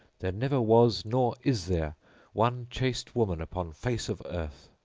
there never was nor is there one chaste woman upon face of earth.